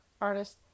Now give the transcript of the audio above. artist